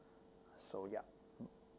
so yup